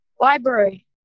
library